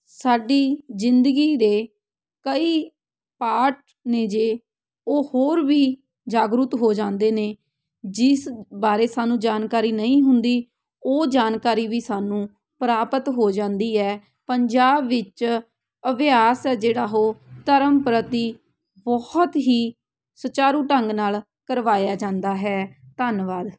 ਸਾਡੀ ਜ਼ਿੰਦਗੀ ਦੇ ਕਈ ਪਾਠ ਨੇ ਜੋ ਉਹ ਹੋਰ ਵੀ ਜਾਗਰੂਕ ਹੋ ਜਾਂਦੇ ਨੇ ਜਿਸ ਬਾਰੇ ਸਾਨੂੰ ਜਾਣਕਾਰੀ ਨਹੀਂ ਹੁੰਦੀ ਉਹ ਜਾਣਕਾਰੀ ਵੀ ਸਾਨੂੰ ਪ੍ਰਾਪਤ ਹੋ ਜਾਂਦੀ ਹੈ ਪੰਜਾਬ ਵਿੱਚ ਅਭਿਆਸ ਹੈ ਜਿਹੜਾ ਉਹ ਧਰਮ ਪ੍ਰਤੀ ਬਹੁਤ ਹੀ ਸੁਚਾਰੂ ਢੰਗ ਨਾਲ ਕਰਵਾਇਆ ਜਾਂਦਾ ਹੈ ਧੰਨਵਾਦ